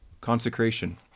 consecration